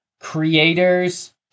creators